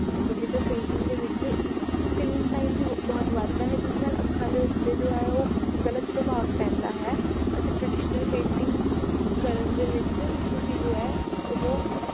digital painting ਦੇ ਵਿੱਚ screen time ਵੀ ਬਹੁਤ ਵੱਧਦਾ ਹੈ ਜਿਸ ਨਾਲ ਅੱਖਾਂ ਦੇ ਉੱਤੇ ਜੋ ਹੈ ਉਹ ਗਲਤ ਪ੍ਰਭਾਵ ਪੈਂਦਾ ਹੈ ਅਤੇ ਟਰਡੀਸ਼ਨਲ ਪੇਂਟਿੰਗ ਕਰਨ ਦੇ ਵਿੱਚ ਤੁਸੀਂ ਜੋ ਹੈ ਉਹ